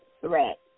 threat